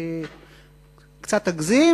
קצת אגזים,